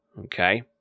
okay